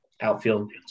outfield